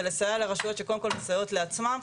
זה לסייע לרשויות שקודם כל מסייעות לעצמן,